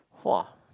!wah!